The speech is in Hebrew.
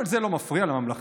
כל זה לא מפריע לממלכתיים.